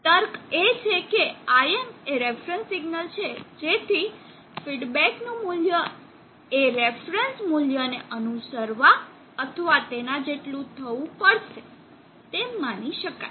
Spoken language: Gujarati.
તર્ક એ છે કે Im એ રેફરન્સ સિગ્નલ છે જેથી ફીડબેક મૂલ્ય એ રેફરન્સ મૂલ્ય ને અનુસરવા અથવા તેના જેટલું થવું પડશે તેમ માની શકાય